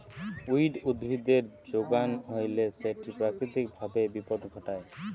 weed উদ্ভিদের যোগান হইলে সেটি প্রাকৃতিক ভাবে বিপদ ঘটায়